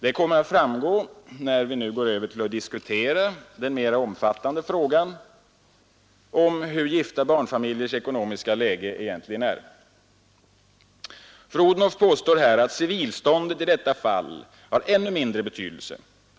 Det kommer att framgå, när vi nu går över till att diskutera den mera omfattande frågan om hur gifta barnfamiljers ekonomiska läge egentligen är. Fru Odhnoff påstår att civilståndet i detta fall har ännu mindre betydelse.